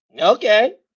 Okay